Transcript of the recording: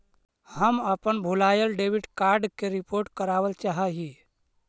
हम अपन भूलायल डेबिट कार्ड के रिपोर्ट करावल चाह ही